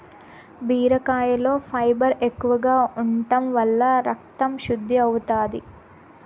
బీరకాయలో ఫైబర్ ఎక్కువగా ఉంటం వల్ల రకతం శుద్ది అవుతాది